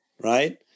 right